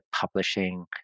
publishing